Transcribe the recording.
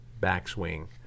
Backswing